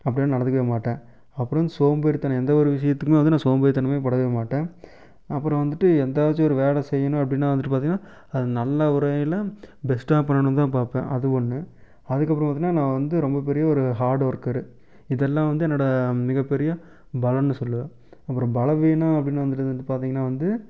அப்படிலாம் நடந்துக்கவே மாட்டேன் அப்புறம் வந்து சோம்பேறித்தனம் எந்த ஒரு விஷயத்துக்குமே வந்து நான் சோம்பேறித்தனமே படவே மாட்டேன் அப்புறம் வந்துவிட்டு எதாச்சும் ஒரு வேலை செய்யணும் அப்படின்னா வந்துவிட்டு பார்த்தீங்கன்னா அது நல்ல முறையில் பெஸ்ட்டாக பண்ணணுன்னு தான் பார்ப்பேன் அது ஒன்று அதற்கப்பறம் பார்த்தீங்கன்னா நான் வந்து ரொம்ப பெரிய ஒரு ஹார்ட்வொர்க்கரு இதெல்லாம் வந்து என்னோட மிகப்பெரிய பலன்னு சொல்லுவேன் அப்புறம் பலவீனம் அப்படின்னு வந்துவிட்டு வந்து பார்த்தீங்கன்னா வந்து